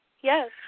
Yes